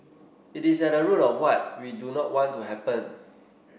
it is at the root of what we do not want to happen